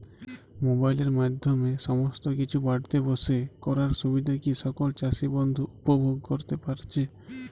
মোবাইলের মাধ্যমে সমস্ত কিছু বাড়িতে বসে করার সুবিধা কি সকল চাষী বন্ধু উপভোগ করতে পারছে?